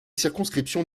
circonscriptions